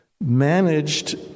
managed